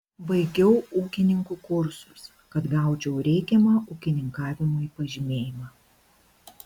baigiau ūkininkų kursus kad gaučiau reikiamą ūkininkavimui pažymėjimą